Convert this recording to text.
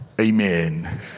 Amen